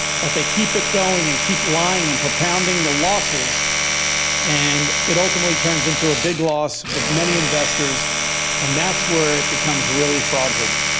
but they keep it going and keep lying and propounding the losses and it ultimately turns into a big loss with many investors and that's where it becomes really fraudulent.